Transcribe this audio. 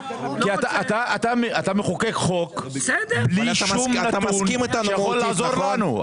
אתה מחוקק חוק בלי שום נתון שיכול לעזור לנו.